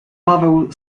paweł